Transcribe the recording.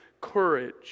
courage